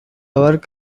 work